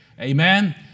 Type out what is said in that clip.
amen